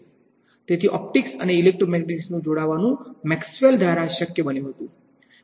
તેથી ઓપ્ટિક્સ અને ઇલેક્ટ્રોમેગ્નેટિક્સનું જોડાવાનુ મેક્સવેલ દ્વારા શક્ય બન્યું હતું